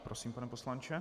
Prosím, pane poslanče.